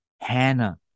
Hannah